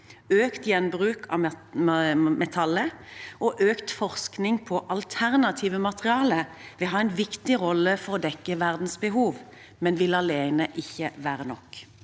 Økt gjenbruk av metaller og økt forskning på alternative materialer vil ha en viktig rolle for å dekke verdens behov, men vil alene ikke være nok.